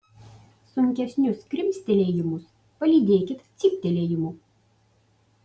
sunkesnius krimstelėjimus palydėkit cyptelėjimu